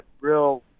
real